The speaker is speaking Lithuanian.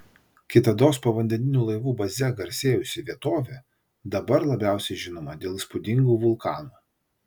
kitados povandeninių laivų baze garsėjusi vietovė dabar labiausiai žinoma dėl įspūdingų vulkanų